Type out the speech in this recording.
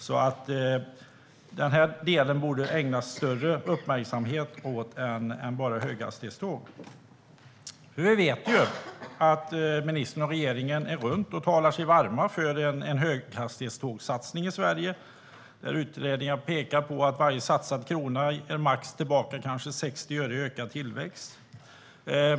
Denna del, inte bara höghastighetståg, borde ägnas större uppmärksamhet. Vi vet att ministern och regeringen åker runt och talar sig varma för en höghastighetstågsatsning i Sverige trots att utredningar pekar på att varje satsad krona ger tillbaka kanske max 60 öre i ökad tillväxt.